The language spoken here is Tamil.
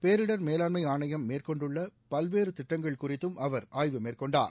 பேரிடர் மேலாண்மை ஆணையம் மேற்கொண்டுள்ள பல்வேறு திட்டங்கள் குறித்தும் அவர் ஆய்வு மேற்கொண்டார்